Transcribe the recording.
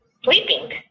sleeping